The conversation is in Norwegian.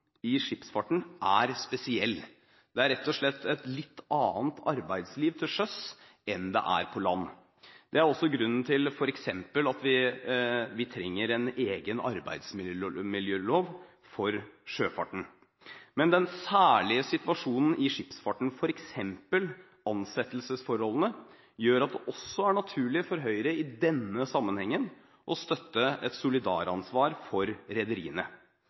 i skipsfarten er spesiell. Det er rett og slett et litt annet arbeidsliv til sjøs enn på land. Det er også grunnen til at vi f.eks. trenger en egen arbeidsmiljølov for sjøfarten. Men den særskilte situasjonen i skipsfarten, f.eks. ansettelsesforholdene, gjør at det også er naturlig for Høyre i denne sammenhengen å støtte et solidaransvar for rederiene.